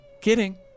kidding